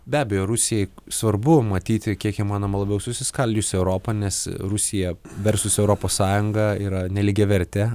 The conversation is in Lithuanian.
be abejo rusijai svarbu matyti kiek įmanoma labiau susiskaldžiusią europą nes rusija versus europos sąjunga yra nelygiavertė